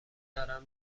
دارن